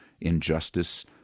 injustice